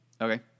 Okay